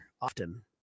often